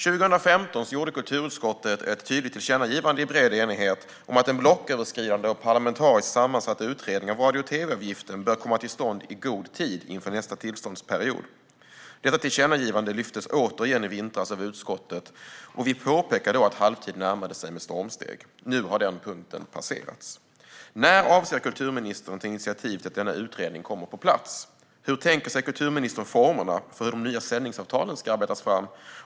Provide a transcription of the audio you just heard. År 2015 gjorde kulturutskottet i bred enighet ett tydligt tillkännagivande om att en blocköverskridande och parlamentariskt sammansatt utredning av radio och tv-avgiften bör komma till stånd i god tid inför nästa tillståndsperiod. Detta tillkännagivande lyftes i vintras återigen upp av utskottet, och vi påpekade då att halvtid närmade sig med stormsteg. Nu har den punkten passerats. När avser kulturministern att ta initiativ till att denna utredning kommer på plats? Hur tänker sig kulturministern formerna för hur de nya sändningsavtalen ska arbetas fram?